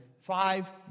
five